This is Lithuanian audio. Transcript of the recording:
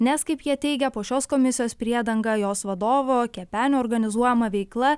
nes kaip jie teigia po šios komisijos priedanga jos vadovo kepenio organizuojama veikla